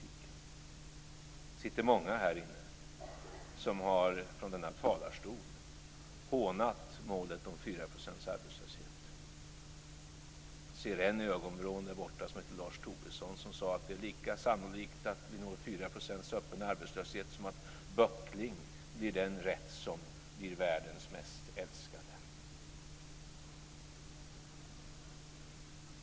Det sitter många här inne som från denna talarstol har hånat målet med fyra procents arbetslöshet. I ögonvrån ser jag en av dem som heter Lars Tobisson. Han sade att det är lika sannolikt att vi når fyra procents arbetslöshet som att böckling blir världens mest älskade rätt.